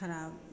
खराब